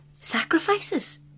Sacrifices